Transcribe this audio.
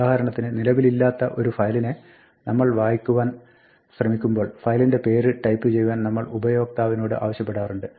ഉദാഹരണത്തിന് നിലവിലില്ലാത്ത ഒരു ഫയലിനെ നമ്മൾ വായിക്കുവാൻ ശ്രമിക്കുമ്പോൾ ഫയലിന്റെ പേര് ടൈപ്പ് ചെയ്യുവാൻ നമ്മൾ ഉപയോക്താവിനോട് ആവശ്യപ്പെടാറുണ്ട്